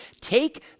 take